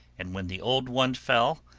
and when the old one fell,